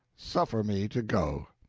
suffer me to go.